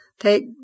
take